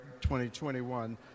2021